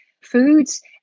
foods